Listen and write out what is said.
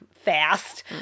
fast